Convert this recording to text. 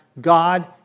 God